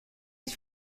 ich